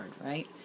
right